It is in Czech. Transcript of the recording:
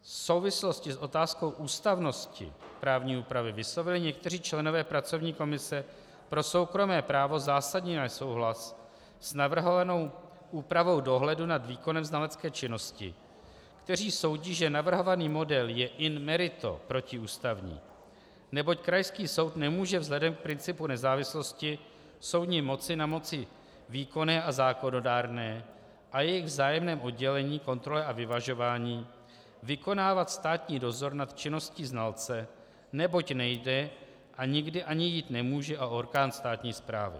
V souvislosti s otázkou ústavnosti právní úpravy vyslovili někteří členové pracovní komise pro soukromé právo zásadní nesouhlas s navrhovanou úpravou dohledu nad výkonem znalecké činnosti, kteří soudí, že navrhovaný model je in merito protiústavní, neboť krajský soud nemůže vzhledem k principu nezávislosti soudní moci na moci výkonné a zákonodárné a jejich vzájemném oddělení, kontrole a vyvažování vykonávat státní dozor nad činností znalce, neboť nejde a nikdy ani jít nemůže o orgán státní správy.